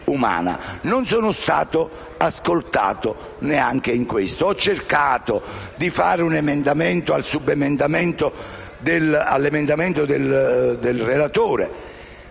Non sono stato ascoltato neanche in questo. Ho cercato di far passare un subemendamento all'emendamento del relatore.